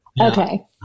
Okay